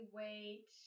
wait